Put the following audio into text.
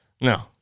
No